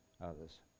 others